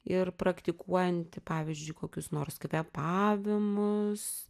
ir praktikuojanti pavyzdžiui kokius nors kvėpavimus